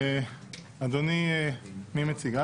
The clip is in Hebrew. מי מציג?